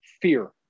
Fear